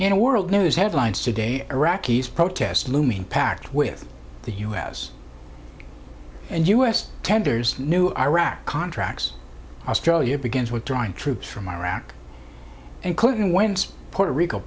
in a world news headlines today iraqis protest looming pact with the u s and u s tenders new iraq contracts australia begins withdrawing troops from iraq and clinton wins puerto rico